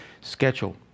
Schedule